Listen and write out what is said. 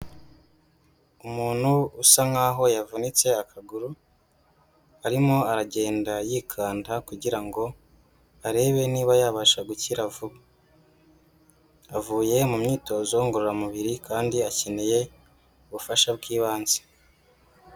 Umuntu usa nk'aho yavunitse akaguru, arimo aragenda yikanda kugira ngo arebe niba yabasha gukira vuba, avuye mu myitozo ngororamubiri kandi akeneye ubufasha bw'ibanze.